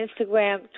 Instagram